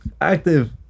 Active